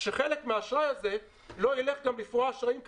שחלק מהאשראי הזה לא יילך גם לפרוע אשראים קיימים.